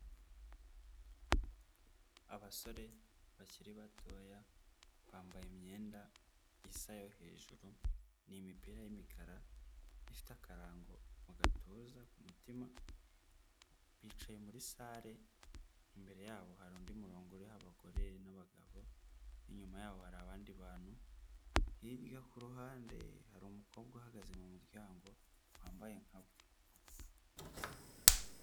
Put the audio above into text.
Abasore bakiri batoya bambaye imyenda isa yo hejuru ni imipira y'imikara ifite akarango mu gatuza ku mutima bicaye muri salle imbere yabo hari undi murongo uriho abagore n'abagabo inyuma yabo hari abandi bantu hirya kuruhande hari umukobwa uhagaze mu muryango wambaye nkabo.